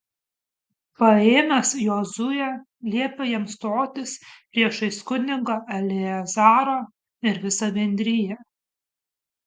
paėmęs jozuę liepė jam stotis priešais kunigą eleazarą ir visą bendriją